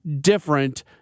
different